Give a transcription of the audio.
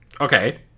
Okay